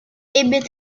ebbe